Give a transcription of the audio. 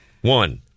one